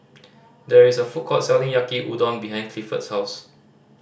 there is a food court selling Yaki Udon behind Clifford's house